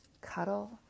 cuddle